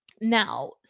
Now